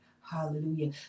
Hallelujah